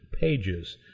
pages